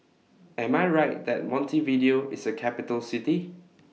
Am I Right that Montevideo IS A Capital City